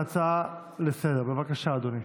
ההצעה להעביר את הצעת חוק לאיחוד קווי החירום הטלפוניים,